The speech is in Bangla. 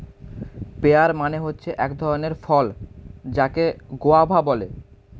পেয়ার মানে হচ্ছে এক ধরণের ফল যাকে গোয়াভা বলে